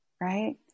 right